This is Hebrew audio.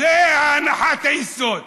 זאת הנחת היסוד.